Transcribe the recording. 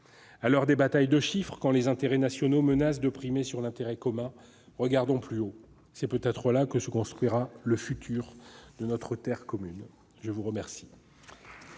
À l'heure des batailles de chiffres, quand les intérêts nationaux menacent de primer sur l'intérêt commun, regardons plus haut : c'est peut-être là que se construira le futur de notre Terre commune. La parole